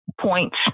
points